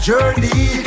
Journey